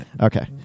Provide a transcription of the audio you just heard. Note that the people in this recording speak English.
Okay